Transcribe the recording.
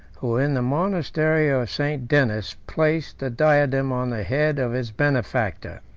who, in the monastery of st. denys placed the diadem on the head of his benefactor.